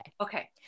Okay